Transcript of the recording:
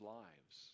lives